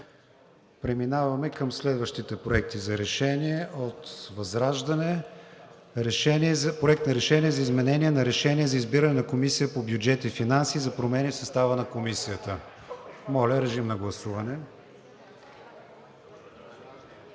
Преминаваме към следващите проекти за решения от ВЪЗРАЖДАНЕ. Проект на решение за изменение на Решение за избиране на Комисия по бюджет и финанси за промени в състава на Комисията. Гласували